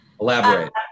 Elaborate